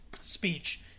speech